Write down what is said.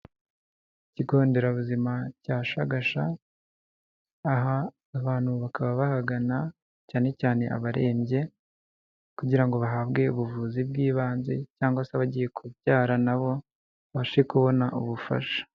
Ikigo nderabuzima cya Shagasha, aha abantu bakaba bahagana cyane cyane abarembye kugira ngo bahabwe ubuvuzi bw'ibanze cyangwa se abagiye kubyara nabo babashe kubona ubufasha.